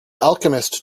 alchemist